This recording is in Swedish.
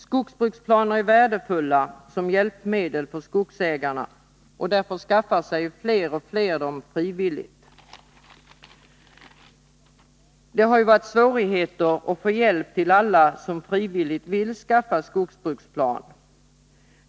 Skogsbruksplaner är värdefulla som hjälpmedel för skogsägarna — därför skaffar sig fler och fler dem frivilligt. Det har ju varit svårigheter att få hjälp till alla som frivilligt vill skaffa skogsbruksplan.